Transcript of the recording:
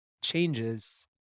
changes